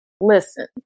listen